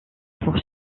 pour